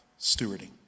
stewarding